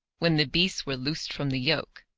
when the beasts were loosed from the yoke,